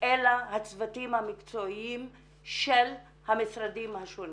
אלא הצוותים המקצועיים של המשרדים השונים.